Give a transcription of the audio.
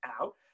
out